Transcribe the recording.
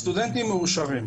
הסטודנטים מאושרים.